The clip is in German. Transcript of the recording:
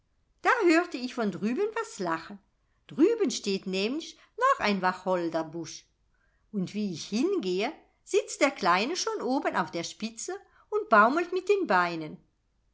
da hörte ich von drüben was lachen drüben steht nämlich noch ein wacholderbusch und wie ich hingehe sitzt der kleine schon oben auf der spitze und baumelt mit den beinen